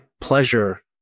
pleasure